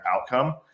outcome